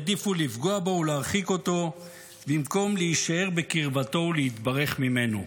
העדיפו לפגוע בו ולהרחיק אותו במקום להישאר בקרבתו ולהתברך ממנו.